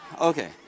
Okay